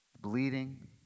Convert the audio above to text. bleeding